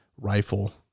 rifle